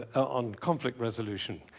ah on conflict resolution.